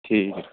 ਠੀਕ ਹੈ